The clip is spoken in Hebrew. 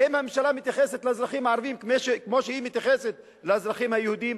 האם הממשלה מתייחסת לאזרחים הערבים כמו שהיא מתייחסת לאזרחים היהודים?